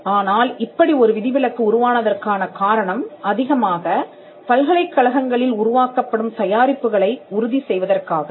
ஆனால் இப்படி ஒரு விதிவிலக்கு உருவானதற்கான காரணம் அதிகமாகபல்கலைக்கழகங்களில் உருவாக்கப்படும் தயாரிப்புகளை உறுதி செய்வதற்காகவே